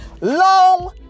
Long